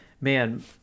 man